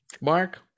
mark